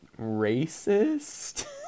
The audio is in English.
racist